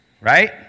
Right